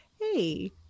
hey